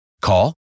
Call